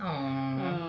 !aww!